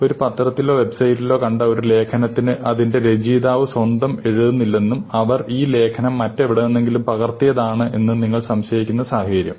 ഒരു പത്രത്തിലോ വെബ്സൈറ്റിലോ കണ്ട ഒരു ലേഖനത്തിന് അതിന്റെ രചയിതാവ് സ്വയം എഴുതിയതല്ലെന്നും അവർ ഈ ലേഖനം മറ്റെവിടെ നിന്നെങ്കിലും പകർത്തിയതാണ് എന്നും നിങ്ങൾ സംശയിക്കുന്ന സാഹചര്യം